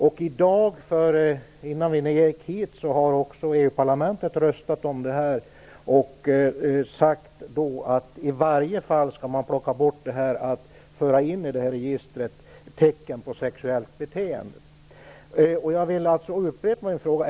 I dag har också EU-parlamentet röstat om detta och sagt att man i varje fall skall ta bort införandet av tecken på sexuellt beteende i registret.